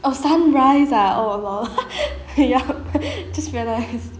oh sunrise ah oh LOL yup just realised